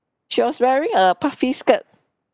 she was wearing a puffy skirt